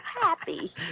happy